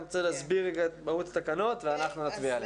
אם תוכלי להסביר רגע את מהות התקנות ואנחנו נצביע עליהן.